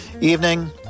evening